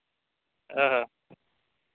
ᱦᱮᱸ